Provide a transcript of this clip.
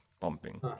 pumping